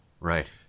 Right